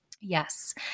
Yes